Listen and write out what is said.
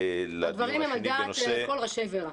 הדברים הם על דעת כל ראשי ור"ה.